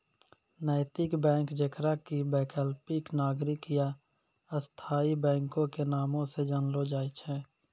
नैतिक बैंक जेकरा कि वैकल्पिक, नागरिक या स्थायी बैंको के नामो से जानलो जाय छै